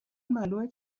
معلومه